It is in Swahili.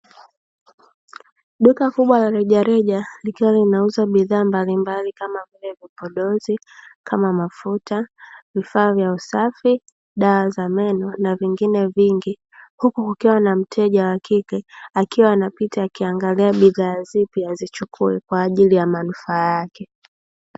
Duka kubwa la rejareja likiwa linauza bidhaa mbalimbali kama vile vipodozi kama mafuta, vifaa vya usafi, dawa za meno na vingine vingi huku, kukiwa na mteja wakike akiwa anapita akiangalia bidhaa zipi azichukue kwaajili ya manufaa yake.